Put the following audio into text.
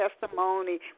Testimony